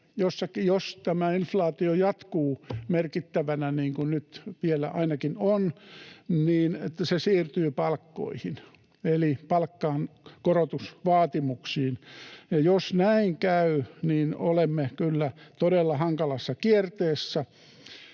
jos tämä inflaatio jatkuu merkittävänä, niin kuin nyt vielä ainakin on, niin että se siirtyy palkkoihin eli palkankorotusvaatimuksiin, jos näin käy, niin olemme kyllä todella hankalassa kierteessä.